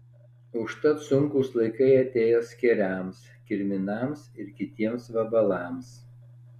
užtat sunkūs laikai atėjo skėriams kirminams ir kitiems vabalams